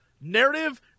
Narrative